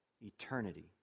eternity